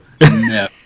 no